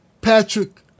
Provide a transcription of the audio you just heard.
Patrick